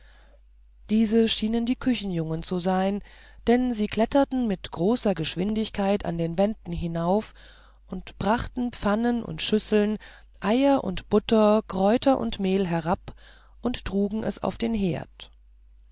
diese schienen die küchenjungen zu sein denn sie kletterten mit großer geschwindigkeit an den wänden hinauf und brachten pfannen und schüsseln eier und butter kräuter und mehl herab und trugen es auf den herd